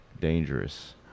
dangerous